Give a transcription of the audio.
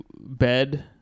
bed